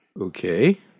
Okay